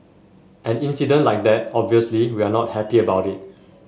an incident like that obviously we are not happy about it